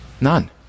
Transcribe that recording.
None